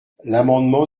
l’amendement